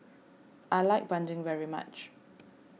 I like Bandung very much